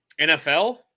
NFL